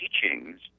teachings